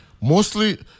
mostly